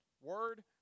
word